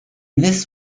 this